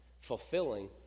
fulfilling